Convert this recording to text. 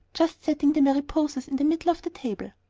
just setting the mariposas in the middle of the table.